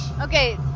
Okay